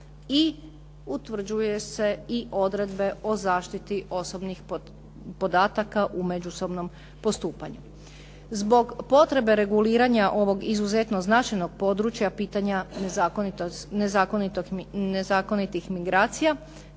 i utvrđuju se i odredbe o zaštiti osobnih podataka u međusobnom postupanju. Zbog potrebe reguliranja ovog izuzetno značajnog područja pitanja nezakonitih migracija